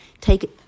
take